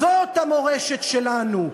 זאת המורשת שלנו.